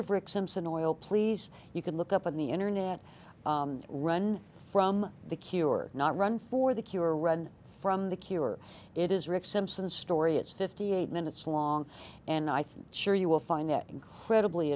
of rick simpson oil please you can look up on the internet run from the cure not run for the cure run from the cure it is rick simpson story it's fifty eight minutes long and i think sure you will find that incredibly